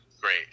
great